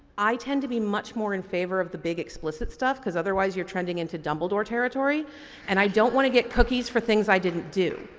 i tend to be much more in favor of the big explicit stuff because otherwise you're trending into dumbledore territory and i don't want to get cookies for things i didn't do.